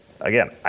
again